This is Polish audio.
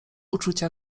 uczucia